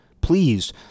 please